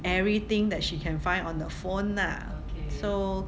everything that she can find on the phone lah so